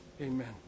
Amen